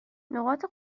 نقاط